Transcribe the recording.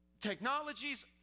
Technologies